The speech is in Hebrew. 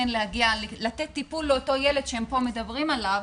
כן להגיע ולתת טיפול לאותו ילד שהן פה מדברות עליו,